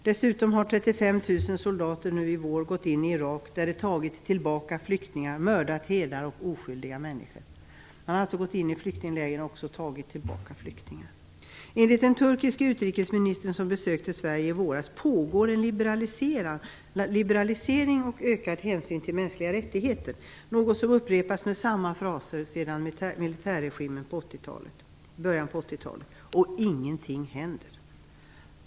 Dessutom har 35 000 soldater nu i vår gått in i Irak där de tagit tillbaka flyktingar samt mördat herdar och oskyldiga människor. Man har alltså också gått in i flyktingläger och tagit tillbaka flyktingar. Sverige i våras, pågår en liberalisering, och hänsynen till mänskliga rättigheter ökar. Det är något som upprepats med samma fraser sedan militärregimen i början av 1980-talet. Och ingenting händer!